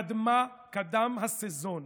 קדם הסזון.